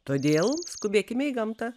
todėl skubėkime į gamtą